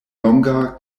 longa